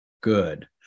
good